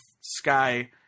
Sky